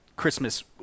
Christmas